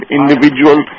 individual